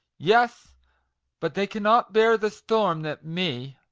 yes but they cannot bear the storm that may,